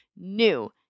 new